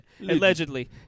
allegedly